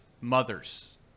mothers